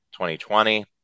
2020